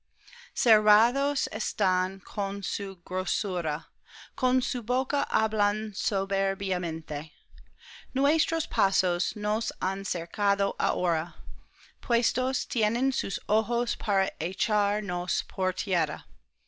cerrados están con su grosura con su boca hablan soberbiamente nuestros pasos nos han cercado ahora puestos tienen sus ojos